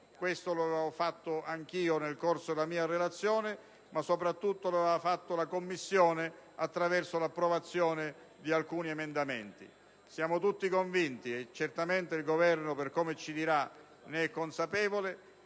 l'ho fatto anche io nel corso della mia relazione, ma soprattutto lo ha fatto la Commissione attraverso l'approvazione di alcuni emendamenti. Siamo tutti convinti - e certamente il Governo, per come ci dirà, ne è consapevole